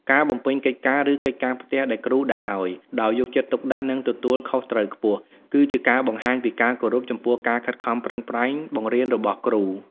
ការ បំពេញកិច្ចការ ឬកិច្ចការផ្ទះដែលគ្រូដាក់ឱ្យ ដោយយកចិត្តទុកដាក់ និងទទួលខុសត្រូវខ្ពស់ គឺជាការបង្ហាញពីការគោរពចំពោះការខិតខំប្រឹងប្រែងបង្រៀនរបស់គ្រូ។